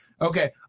okay